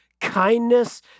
kindness